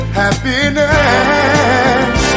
happiness